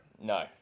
No